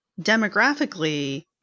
demographically